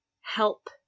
help